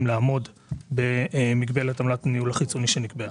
לעמוד במגבלת עמלת הניהול החיצוני שנקבעה.